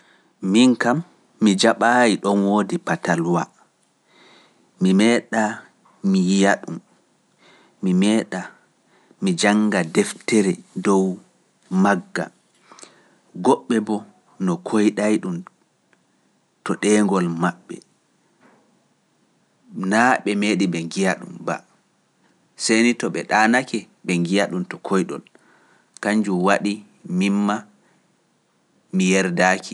Miin kam mi jaɓaayi ɗon woodi fatalwa, mi meeɗaa mi yi'a ɗum, mi meeɗaa mi jannga deftere dow magga, goɓɓe boo noo koyɗay-ɗum to ɗeengol maɓɓe, naa ɓe meeɗi ɓe ngi'a-ɗum ba, sey ni to ɓe ɗaanake ɓe ngi'a ɗum to koyɗol. Kannjum waɗi miin maa mi yerdaaki.